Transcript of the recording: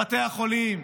בבתי החולים,